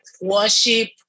worship